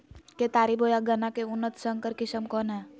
केतारी बोया गन्ना के उन्नत संकर किस्म कौन है?